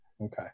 okay